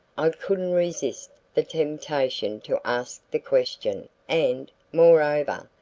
i couldn't resist the temptation to ask the question and, moreover,